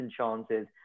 chances